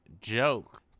joke